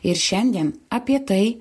ir šiandien apie tai